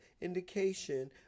indication